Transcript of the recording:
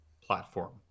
platform